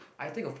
I think of